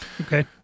Okay